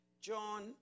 John